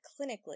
clinically